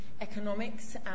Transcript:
economics